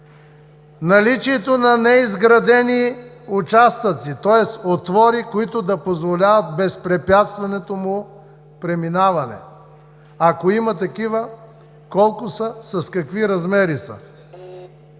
наличието на неизградени участъци, тоест отвори, които да позволяват безпрепятственото му преминаване? Ако има такива, колко и с какви размери са?